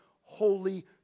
holy